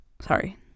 Sorry